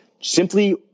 simply